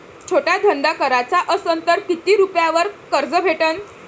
छोटा धंदा कराचा असन तर किती रुप्यावर कर्ज भेटन?